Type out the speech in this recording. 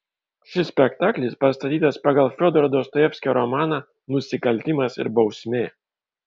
šis spektaklis pastatytas pagal fiodoro dostojevskio romaną nusikaltimas ir bausmė